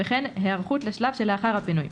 וכן היערכות לשלב שלאחר הפינוי,